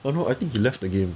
!hannor! I think he left the game